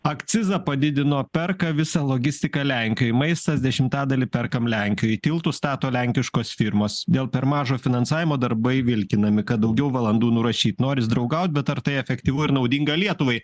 akcizą padidino perka visą logistiką lenkijoj maistas dešimtadalį perkam lenkijoj tiltus stato lenkiškos firmos dėl per mažo finansavimo darbai vilkinami kad daugiau valandų nurašyt noris draugauti bet ar tai efektyvu ir naudinga lietuvai